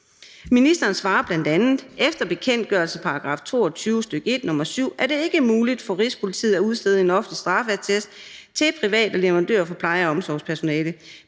Ministeren svarer bl.a.: »Efter bekendtgørelsens § 22, stk. 1, nr. 7, er det ikke muligt for Rigspolitiet at udstede en offentlig straffeattest til private leverandører for pleje- og omsorgspersonale.